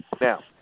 Now